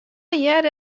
hearde